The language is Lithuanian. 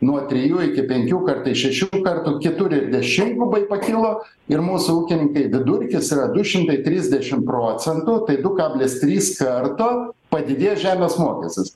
nuo trijų iki penkių kartais šešių kartų kitur ir dešimgubai pakilo ir mūsų ūkininkai vidurkis yra du šimtai trisdešim procentų tai du kablis trys karto padidėjo žemės mokestis